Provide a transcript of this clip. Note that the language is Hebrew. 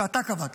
שאתה קבעת,